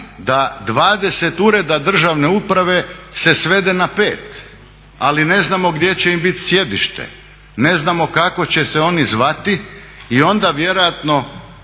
da 20 ureda državne uprave se svede na 5, ali ne znamo gdje će im biti sjedište, ne znamo kako će se oni zvati i onda vjerojatno